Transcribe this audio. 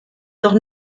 doch